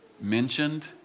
mentioned